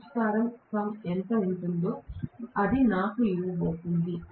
pitch కారకం ఎంత ఉంటుందో అది నాకు ఇవ్వబోతోంది